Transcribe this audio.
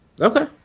Okay